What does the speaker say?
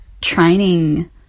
training